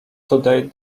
today